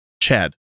Chad